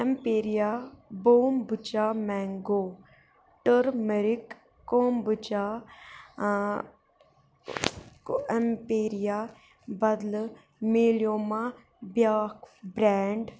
اٮ۪مپیٚرِیا بوم بُچا mango turmeric kombucha اٮ۪مپیٚرِیا بدلہٕ مِلیو ما بیٚاکھ برٮ۪نڈ